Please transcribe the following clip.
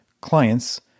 clients